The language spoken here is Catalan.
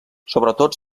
sobretot